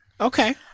Okay